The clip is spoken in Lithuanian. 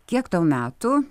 kiek tau metų